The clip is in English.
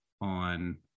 on